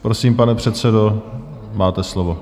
Prosím, pane předsedo, máte slovo.